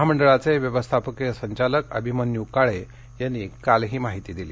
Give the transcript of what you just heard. महामंडळाचे व्यवस्थापकीय संचालक अभिमन्यू काळे यांनी काल ही माहिती दिली